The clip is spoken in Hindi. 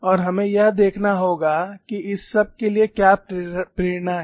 और हमें यह देखना होगा कि इस सब के लिए क्या प्रेरणा है